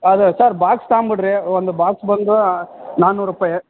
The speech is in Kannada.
ಅದೆ ಸರ್ ಬಾಕ್ಸ್ ತಗೊಂಬಿಡಿರಿ ಒಂದು ಬಾಕ್ಸ್ ಬಂದು ನಾನ್ನೂರು ರೂಪಾಯಿ